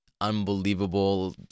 unbelievable